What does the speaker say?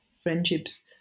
friendships